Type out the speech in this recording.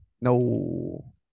No